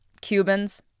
Cubans